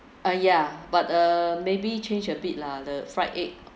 uh ya but uh maybe change a bit lah the fried egg